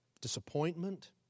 disappointment